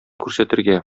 күрсәтергә